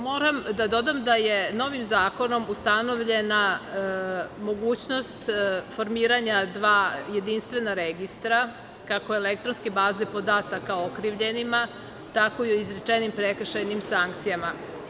Moram da dodam da je novim zakonom ustanovljena mogućnost formiranja dva jedinstvena registra, kako elektronske baze podataka o okrivljenima, tako i o izrečenim prekršajnim sankcijama.